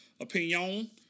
opinion